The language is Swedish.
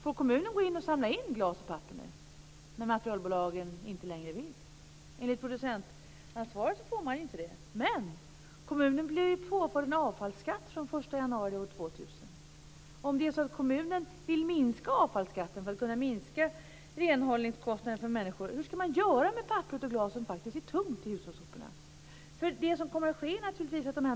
Får kommunen samla in glas och papper nu när materialbolagen inte längre vill göra det? Enligt det här med producentansvaret får man inte det. Men kommunen blir ju påförd en avfallsskatt från den 1 januari år 2000. Hur skall kommunen göra med papperet och glaset i hushållssoporna - det är faktiskt tungt - om man vill minska avfallskatten, så att renhållningskostnaden minskar för människor?